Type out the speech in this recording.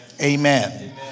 Amen